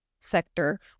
sector